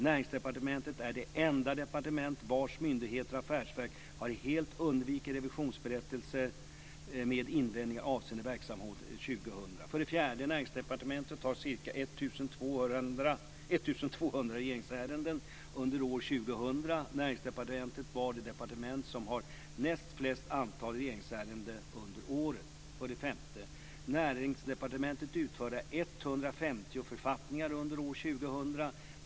Näringsdepartementet är det enda departement vars myndigheter och affärsverk helt har undvikit revisionsberättelser med invändning avseende verksamhetsåret 2000. 4. Näringsdepartementet hade ca 1 200 regeringsärenden under år 2000. Näringsdepartementet var det departement som hade näst flest antal regeringsärenden under året. 5. Näringsdepartementet utfärdade 150 författningar under år 2000.